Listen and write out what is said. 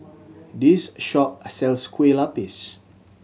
this shop sells Kueh Lapis